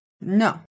No